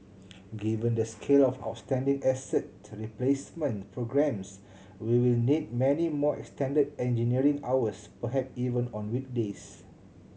given the scale of outstanding asset replacement programmes we will need many more extended engineering hours perhaps even on weekdays